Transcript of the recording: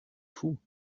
fou